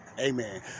Amen